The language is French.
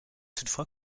toutefois